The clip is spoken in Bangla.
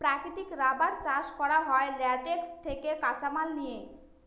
প্রাকৃতিক রাবার চাষ করা হয় ল্যাটেক্স থেকে কাঁচামাল নিয়ে